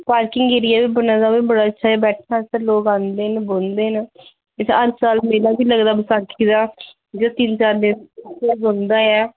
parking area बी बने दा ऐ ओह् बी बडा अच्छा ऐ बैठने आस्तै लोक आंदे न बौंह्दे न इत्थै हर साल मेला बी लगदा ऐ बसाखी दा जेह्ड़ा तिन चार दिन मतलब रौंह्दा ऐ